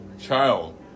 child